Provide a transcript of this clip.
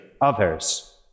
others